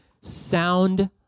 sound